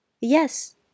Yes